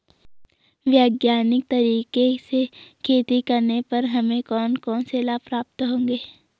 वैज्ञानिक तरीके से खेती करने पर हमें कौन कौन से लाभ प्राप्त होंगे?